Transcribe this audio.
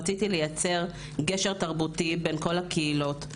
רציתי לייצר גשר תרבותי בין כל הקהילות.